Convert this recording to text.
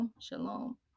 Shalom